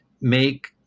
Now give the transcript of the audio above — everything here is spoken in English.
make